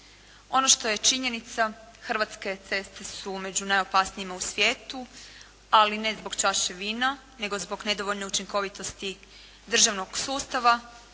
Ono što je činjenica hrvatske ceste su među najopasnijima u svijetu ali ne zbog čaše vina nego zbog nedovoljne učinkovitosti državnog sustava